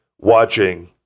watching